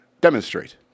demonstrate